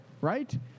right